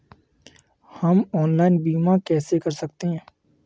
हम ऑनलाइन बीमा कैसे कर सकते हैं?